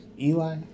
Eli